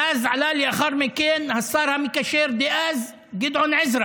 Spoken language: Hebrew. ואז עלה לאחר מכן השר המקשר דאז גדעון עזרא